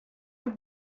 your